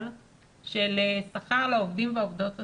של שכר לעובדים והעובדות הסוציאליים,